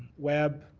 web,